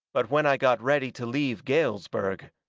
but when i got ready to leave galesburg,